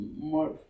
more